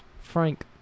frank